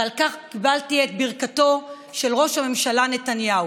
ועל כך קיבלתי את ברכתו של ראש הממשלה נתניהו.